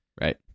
right